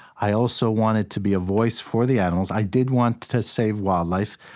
i also wanted to be a voice for the animals. i did want to save wildlife.